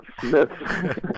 Smith